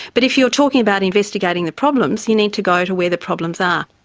but if you're talking about investigating the problems, you need to go to where the problems are.